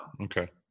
Okay